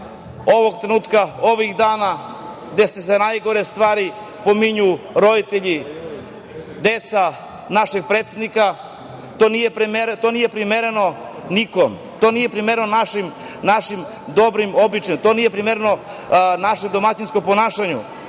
ovog trenutka, ovih dana. Dese se najgore stvari, pominju se roditelji, deca našeg predsednika. To nije primereno nikom. To nije primereno našim dobrim običajima, to nije primereno našem domaćinskom ponašanju.